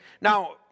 Now